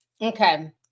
Okay